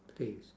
please